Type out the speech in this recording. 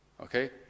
okay